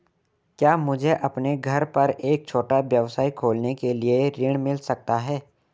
क्या मुझे अपने घर पर एक छोटा व्यवसाय खोलने के लिए ऋण मिल सकता है?